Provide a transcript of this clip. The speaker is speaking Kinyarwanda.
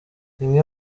bimwe